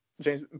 James